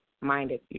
minded